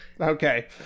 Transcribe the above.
Okay